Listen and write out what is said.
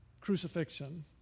crucifixion